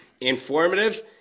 informative